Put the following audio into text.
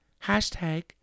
hashtag